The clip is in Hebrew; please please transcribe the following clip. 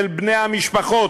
של בני המשפחות.